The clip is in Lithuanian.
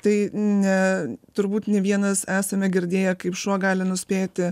tai ne turbūt ne vienas esame girdėję kaip šuo gali nuspėti